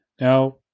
Now